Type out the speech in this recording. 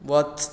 वच